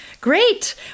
Great